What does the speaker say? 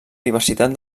diversitat